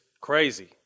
crazy